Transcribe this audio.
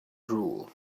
drool